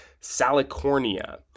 Salicornia